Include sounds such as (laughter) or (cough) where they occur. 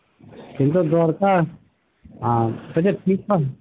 কিন্তু দরকার (unintelligible) ঠিক আছে